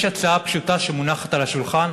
יש הצעה פשוטה שמונחת על השולחן,